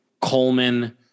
Coleman